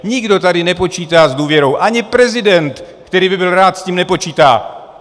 Nikdo tady nepočítá s důvěru, ani prezident, který by byl rád, s tím nepočítá.